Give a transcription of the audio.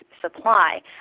supply